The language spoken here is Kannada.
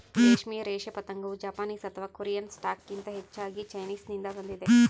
ದೇಶೀಯ ರೇಷ್ಮೆ ಪತಂಗವು ಜಪಾನೀಸ್ ಅಥವಾ ಕೊರಿಯನ್ ಸ್ಟಾಕ್ಗಿಂತ ಹೆಚ್ಚಾಗಿ ಚೈನೀಸ್ನಿಂದ ಬಂದಿದೆ